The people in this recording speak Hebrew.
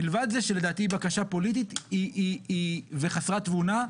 מלבד זה שלדעתי היא בקשה פוליטית וחסרת תבונה,